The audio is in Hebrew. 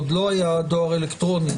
לא היה דואר אלקטרוני,